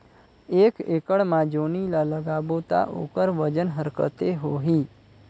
एक एकड़ मा जोणी ला लगाबो ता ओकर वजन हर कते होही?